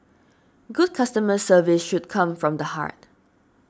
good customer service should come from the heart